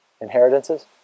Inheritances